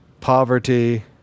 poverty